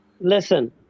Listen